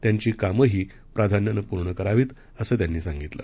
त्यांचीकामंहीप्राधान्यानंपूर्णकरावीत असंत्यांनीसांगितलं